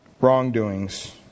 wrongdoings